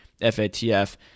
FATF